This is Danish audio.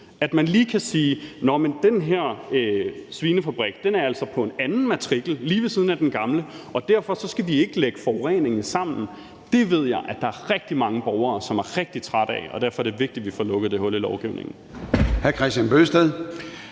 man lige kan sige: Nå, men den her svinefabrik ligger altså på en anden matrikel lige ved siden af den gamle, og derfor skal vi ikke lægge forureningen sammen. Det ved jeg at der er rigtig mange borgere som er rigtig trætte af, og derfor er det vigtigt, at vi får lukket det hul i lovgivningen